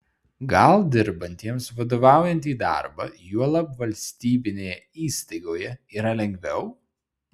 gal dirbantiems vadovaujantį darbą juolab valstybinėje įstaigoje yra lengviau